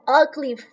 ugly